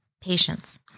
patience